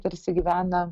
tarsi gyvena